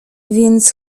więc